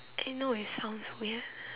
no it sounds weird